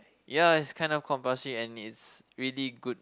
ya it's kind of compulsory and it's really good